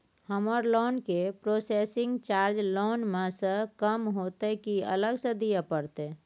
हमर लोन के processing charge loan म स कम होतै की अलग स दिए परतै?